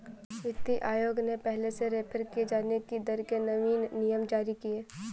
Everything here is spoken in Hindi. वित्तीय आयोग ने पहले से रेफेर किये जाने की दर के नवीन नियम जारी किए